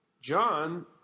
John